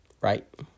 Right